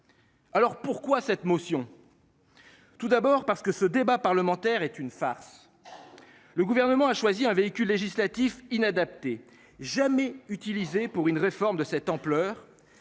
Alors pourquoi cette motion. Tout d'abord parce que ce débat parlementaire est une farce. Le gouvernement a choisi un véhicule législatif inadaptée jamais utilisé pour une réforme de cette ampleur